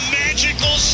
magical